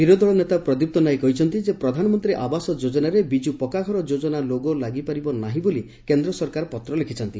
ବିରୋଧୀଦଳ ନେତା ପ୍ରଦୀପ୍ତ ନାୟକ କହିଛନ୍ତି ଯେ ପ୍ରଧାନମନ୍ତୀ ଆବାସ ଯୋଜନାରେ ବିଜୁ ପକ୍କାଘର ଯୋଜନା ଲୋଗୋ ଲାଗିପାରିବ ନାହିଁ ବୋଲି କେନ୍ଦ ସରକାର ପତ୍ର ଲେଖୁଛନ୍ତି